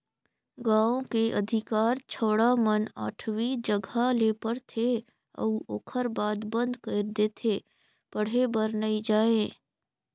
गांव के अधिकार छौड़ा मन आठवी जघा ले पढ़थे अउ ओखर बाद बंद कइर देथे पढ़े बर नइ जायें